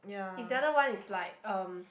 if the other one is like um